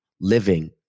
living